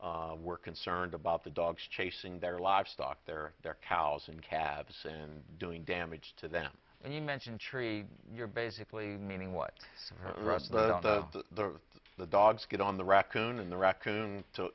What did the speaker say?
and were concerned about the dogs chasing their livestock there their cows and calves and doing damage to them and you mentioned tree you're basically meaning what russ the the the dogs get on the raccoon and the raccoon to